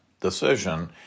decision